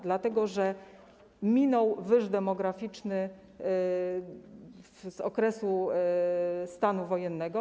Dlatego że minął wyż demograficzny z okresu stanu wojennego.